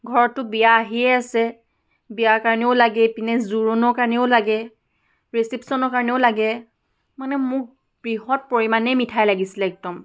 ঘৰততো বিয়া আহিয়ে আছে বিয়াৰ কাৰণেও লাগে ইপিনে জোৰোণৰ কাৰণেও লাগে ৰিচিপশ্যনৰ কাৰণেও লাগে মানে মোক বৃহৎ পৰিমাণেই মিঠাই লাগিছিলে একদম